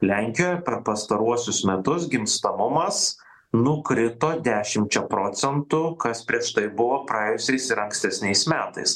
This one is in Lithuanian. lenkijoje per pastaruosius metus gimstamumas nukrito dešimčia procentų kas prieš tai buvo praėjusiais ir ankstesniais metais